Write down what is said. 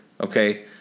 Okay